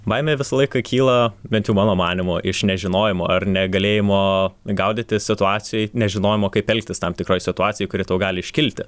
baimė visą laiką kyla bet jau mano manymu iš nežinojimo ar negalėjimo gaudytis situacijoj nežinojimo kaip elgtis tam tikroj situacijoj kuri tau gali iškilti